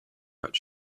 but